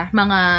mga